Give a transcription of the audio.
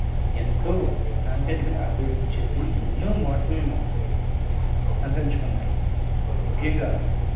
ఎంతో సాంకేతికత అభివృద్ధి చెంది ఎన్నో మార్పులను సంతరించుకున్నాయి ముఖ్యంగా